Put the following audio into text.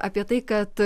apie tai kad